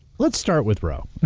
let's start with roe.